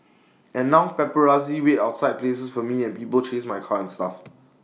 and now paparazzi wait outside places for me and people chase my car and stuff